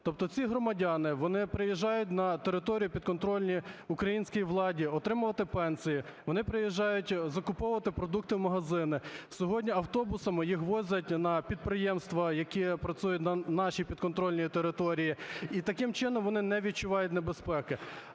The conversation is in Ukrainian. Тобто ці громадяни, вони приїжджають на територію підконтрольну українській владі отримувати пенсії, вони приїжджають закуповувати продукти в магазини. Сьогодні автобусами їх возять на підприємства, які працюють на нашій підконтрольній території і таким чином вони не відчувають небезпеки.